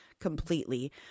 completely